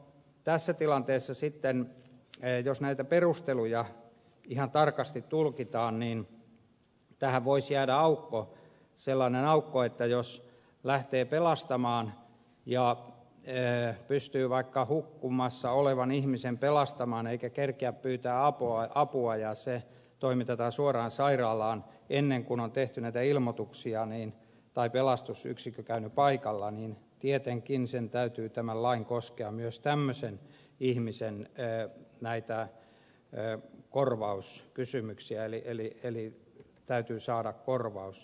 tässä tilanteessa sitten jos näitä perusteluja ihan tarkasti tulkitaan niin tähän voisi jäädä sellainen aukko että jos lähtee pelastamaan ja pystyy vaikka hukkumassa olevan ihmisen pelastamaan eikä kerkeä pyytämään apua ja ihminen toimitetaan suoraan sairaalaan ennen kuin on tehty näitä ilmoituksia tai pelastusyksikkö käynyt paikalla niin tietenkin täytyy tämän lain koskea myös tämmöisen ihmisen korvauskysymyksiä eli täytyy saada korvaus